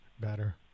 better